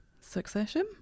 Succession